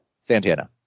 Santana